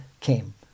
came